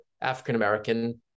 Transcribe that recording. African-American